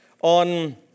on